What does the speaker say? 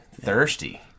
thirsty